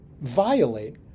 violate